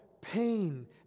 pain